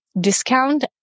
discount